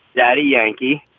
daddy, yankee.